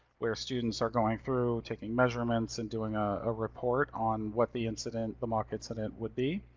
where students are going through, taking measurements, and doing a ah report on what the incident, the mock incident, would be.